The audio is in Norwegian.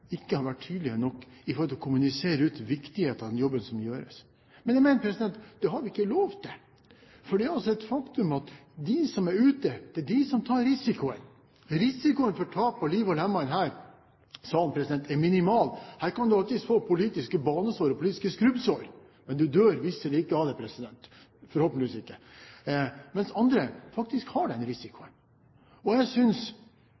i å kommunisere ut viktigheten av den jobben som gjøres. Jeg mener at det har vi ikke lov til. For det er et faktum at det er de som er ute, som tar risikoen. Risikoen for tap av liv og lemmer i denne salen er minimal. Her kan man få politiske banesår og politiske skrubbsår, men du dør visselig ikke av det – forhåpentligvis. Men andre tar faktisk den risikoen. Jeg synes